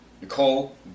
Nicole